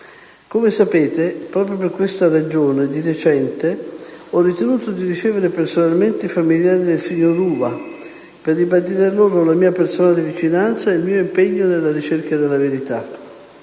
Come sapete, proprio per questa ragione, di recente ho ritenuto di ricevere personalmente i familiari del signor Uva per ribadire loro la mia personale vicinanza e il mio impegno nella ricerca della verità.